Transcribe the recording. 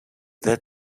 their